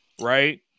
right